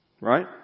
Right